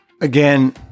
Again